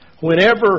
Whenever